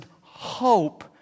hope